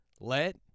Let